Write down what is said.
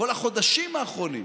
כל החודשים האחרונים